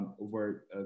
over